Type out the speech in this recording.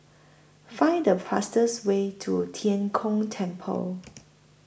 Find The fastest Way to Tian Kong Temple